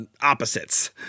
opposites